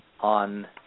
On